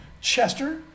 Chester